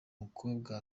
mukobwa